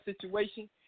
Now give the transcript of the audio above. situation